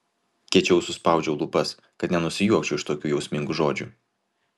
kiečiau suspaudžiu lūpas kad nenusijuokčiau iš tokių jausmingų žodžių